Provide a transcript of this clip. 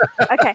okay